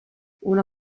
una